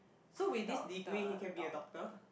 so with this degree he can be a doctor